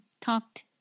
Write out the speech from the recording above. talked